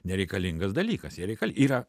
nereikalingas dalykas jei yra